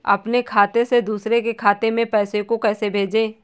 अपने खाते से दूसरे के खाते में पैसे को कैसे भेजे?